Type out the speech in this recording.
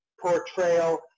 portrayal